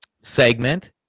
segment